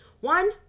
One